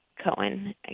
Cohen